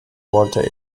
wollte